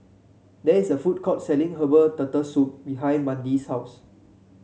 there is a food court selling Herbal Turtle Soup behind Mandie's house